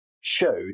showed